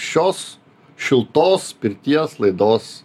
šios šiltos pirties laidos